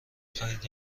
خواهید